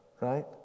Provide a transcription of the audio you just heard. right